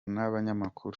n’abanyamakuru